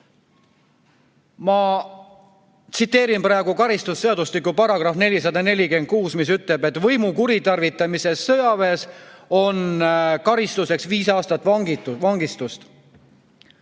Ma tsiteerin karistusseadustiku § 446, mis ütleb, et võimu kuritarvitamise eest sõjaväes on karistuseks viis aastat vangistust.